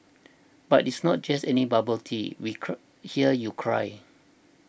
but it's not just any bubble tea we hear you cry